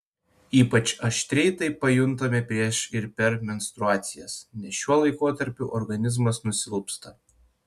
ypač aštriai tai pajuntame prieš ir per menstruacijas nes šiuo laikotarpiu organizmas nusilpsta